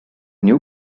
new